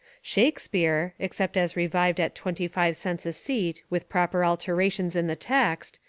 shakespeare, except as revived at twenty-five cents a seat with proper alterations in the text,